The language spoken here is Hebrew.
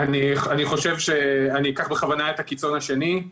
אני אקח בכוונה את הקיצון השני.